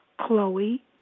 Chloe